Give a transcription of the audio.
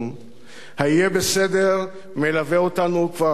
ה"יהיה בסדר" מלווה אותנו כבר שנים,